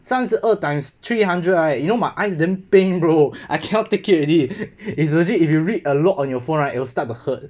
三十二 times three hundred right you know my eyes damn pain bro I cannot take it already it's legit if you read a lot on your phone right it'll start to hurt